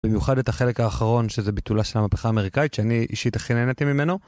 במיוחד את החלק האחרון שזה ביטולה של המפכה האמריקאית שאני אישית הכי נהנתי ממנו.